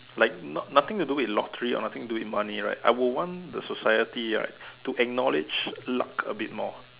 like nothing to do with lottery or nothing to do with money right I would want the society right to acknowledge luck a bit more